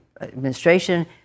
administration